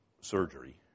surgery